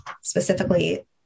specifically